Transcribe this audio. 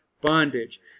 bondage